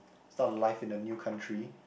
start a life in the new country